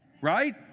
Right